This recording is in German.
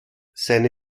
seine